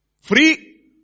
Free